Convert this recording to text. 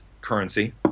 currency